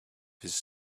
his